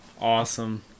Awesome